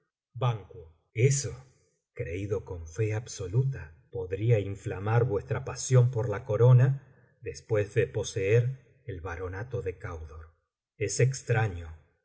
ban eso creído con fé absoluta podría inflamar vuestra pasión por la corona después de poseer el baronato de candor es extraño